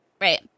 Right